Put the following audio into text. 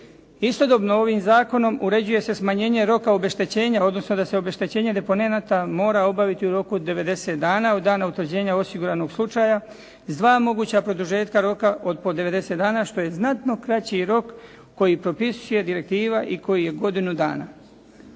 Istodobno ovim zakonom uređuje se smanjenje roka obeštećenja, odnosno da se obeštećenje deponenata mora obaviti u roku od 90 dana od dana utvrđenja osiguranog slučaja s dva moguća produžetka roka od po 90 dana što je znatno kraći rok koji propisuje direktiva i koji je godinu dana.